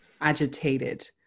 agitated